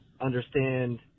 understand